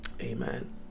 Amen